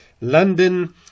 London